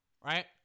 right